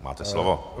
Máte slovo.